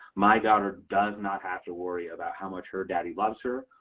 my daughter does not have to worry about how much her daddy loves her.